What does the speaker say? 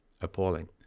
appalling